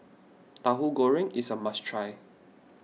Tahu Goreng is a must try